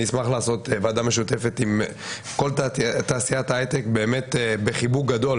אני אשמח לעשות ועדה משותפת אם כל תעשיית ההייטק באמת בחיבוק גדול